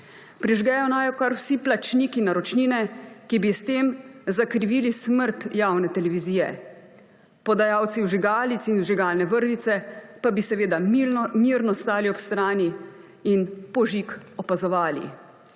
Prižgejo naj jo kar vsi plačniki naročnine, ki bi s tem zakrivili smrt javne televizije. Podajalci vžigalic in vžigalne vrvice pa bi seveda mirno stali ob strani in požig opazovali.